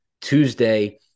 Tuesday